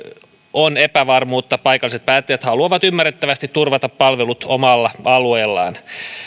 on epävarmuutta paikalliset päättäjät haluavat ymmärrettävästi turvata palvelut omalla alueellaan